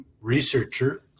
researcher